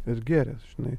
ir gėręs žinai